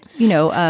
you know, ah